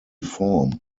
form